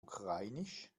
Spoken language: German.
ukrainisch